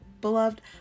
Beloved